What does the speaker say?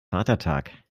vatertag